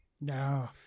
no